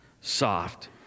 soft